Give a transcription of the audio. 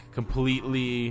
completely